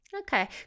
Okay